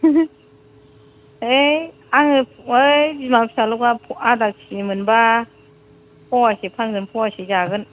है आङो है बिमा फिसाल'खा आदा केजि मोनबा प'वासे फानगोन प'वासे जागोन